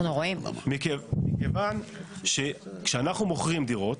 מכיוון שכשאנחנו מוכרים דירות,